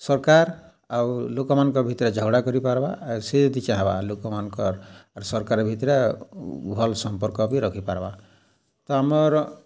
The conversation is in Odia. ସର୍କାର୍ ଆଉ ଲୋକ୍ମାନଙ୍କର୍ ଭିତ୍ରେ ଝଗ୍ଡ଼ା କରିପାର୍ବା ସେ ଯଦି ଚାହେଁବା ଲୋକ୍ମାନ୍ଙ୍କର୍ ଆର୍ ସର୍କାର୍ ଭିତ୍ରେ ଭଲ୍ ସମ୍ପର୍କ ବି ରଖିପାର୍ବା ତ ଆମର୍